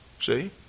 See